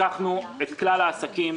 לקחנו את כלל העסקים,